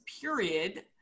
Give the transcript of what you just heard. Period